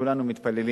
וכולנו מתפללים